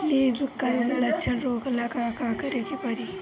Leaf curl लक्षण रोकेला का करे के परी?